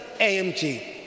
AMG